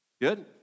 Good